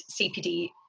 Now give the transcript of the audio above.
CPD